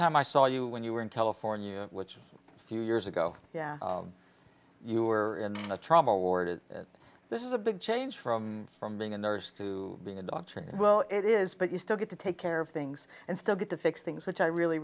time i saw you when you were in california which few years ago you were in a trauma ward and this is a big change from from being a nurse to being a doctor well it is but you still get to take care of things and still get to fix things which i really